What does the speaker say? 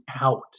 out